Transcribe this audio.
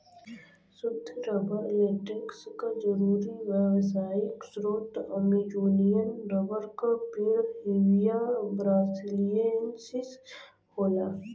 सुद्ध rubber latex क जरुरी व्यावसायिक स्रोत अमेजोनियन रबर क पेड़ हेविया ब्रासिलिएन्सिस होला